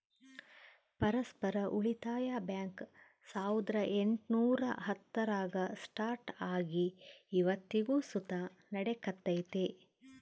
ಪರಸ್ಪರ ಉಳಿತಾಯ ಬ್ಯಾಂಕ್ ಸಾವುರ್ದ ಎಂಟುನೂರ ಹತ್ತರಾಗ ಸ್ಟಾರ್ಟ್ ಆಗಿ ಇವತ್ತಿಗೂ ಸುತ ನಡೆಕತ್ತೆತೆ